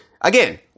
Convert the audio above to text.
again